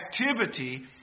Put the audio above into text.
activity